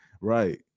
right